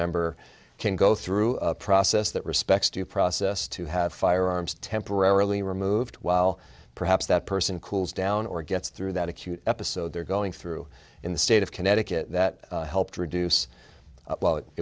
member can go through a process that respects due process to have firearms temporarily removed while perhaps that person cools down or gets through that acute episode they're going through in the state of connecticut that helped reduce